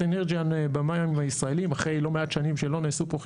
אנרג'יאן במים הישראלים אחרי לא מעט שנים שלא נעשו פה חיפושים.